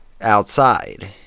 outside